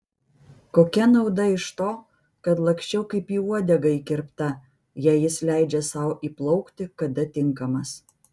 kokia nauda iš to kad laksčiau kaip į uodegą įkirpta jei jis leidžia sau įplaukti kada tinkamas